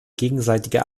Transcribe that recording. gegenseitige